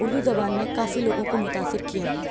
اردو زبان نے کافی لوگوں کو متأثر کیا ہے